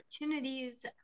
opportunities